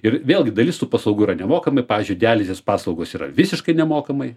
ir vėlgi dalis tų paslaugų yra nemokamai pavyzdžiui dializės paslaugos yra visiškai nemokamai